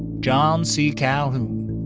john c. calhoun,